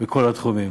בכל התחומים.